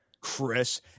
Chris